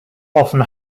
often